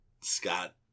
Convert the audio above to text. Scott